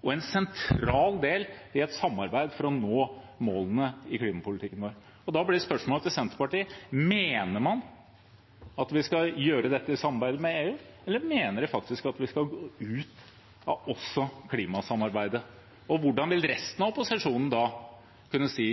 og en sentral del i et samarbeid for å nå målene i klimapolitikken vår. Da blir spørsmålet til Senterpartiet: Mener man at vi skal gjøre dette i samarbeid med EU, eller mener man faktisk at vi skal gå ut av klimasamarbeidet også? Hvordan vil resten av opposisjonen da kunne si